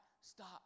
stop